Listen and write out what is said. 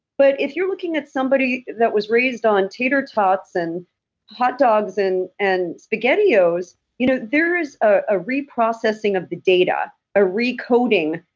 but if you're looking at somebody that was raised on tater tots and hot dogs and and spaghetti-os, you know there is a reprocessing of the data, a recoding,